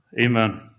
Amen